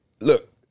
Look